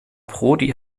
prodi